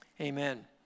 Amen